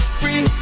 free